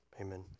Amen